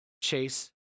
Chase